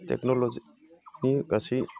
टेकन'ल'जिनि गासै